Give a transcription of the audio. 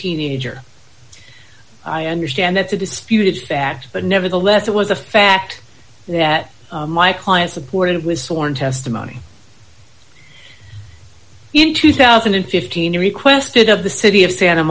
teenager i understand that's a disputed fact but nevertheless it was a fact that my client supported it was sworn testimony in two thousand and fifteen or requested of the city of santa